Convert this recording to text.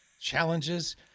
challenges